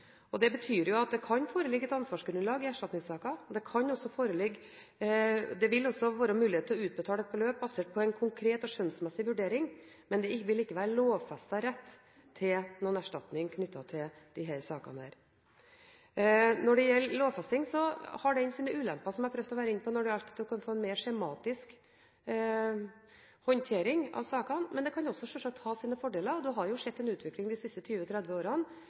å utbetale et beløp basert på en konkret og skjønnsmessig vurdering, men det vil ikke være lovfestet rett til noen erstatning knyttet til disse sakene. Når det gjelder lovfesting, har den sine ulemper – som jeg prøvde å gå inn på – at en kan få en mer skjematisk håndtering av sakene, men det kan også selvsagt ha sine fordeler. En har jo sett en utvikling de siste 20–30 årene